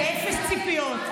אפס ציפיות.